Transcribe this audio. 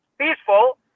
peaceful